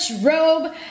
robe